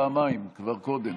אני ביקשתי, הודעתי פעמיים כבר קודם.